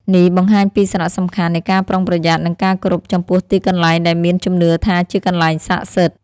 នេះបង្ហាញពីសារៈសំខាន់នៃការប្រុងប្រយ័ត្ន និងការគោរពចំពោះទីកន្លែងដែលមានជំនឿថាជាកន្លែងស័ក្តិសិទ្ធិ។